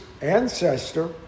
ancestor